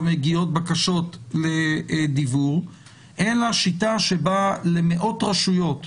מגיעות בקשות לדיוור אלא שיטה שבה למאות רשויות,